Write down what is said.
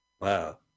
Wow